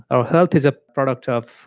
our health is a product of